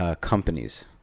companies